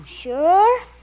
Sure